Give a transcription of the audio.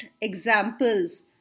examples